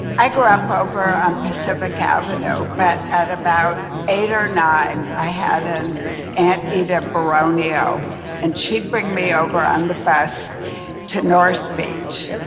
i grew up over on pacific avenue but at about eight or nine, i had an aunt eva baroneo and she'd bring me over on the bus to north beach.